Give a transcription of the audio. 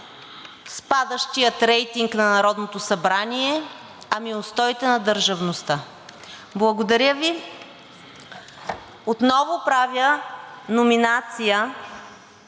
спадащия рейтинг на Народното събрание, ами и устоите на държавността. Благодаря Ви. Отново правя номинация